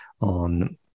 on